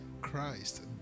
Christ